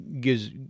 gives